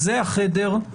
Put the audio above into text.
זה החדר,